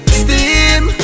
steam